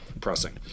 pressing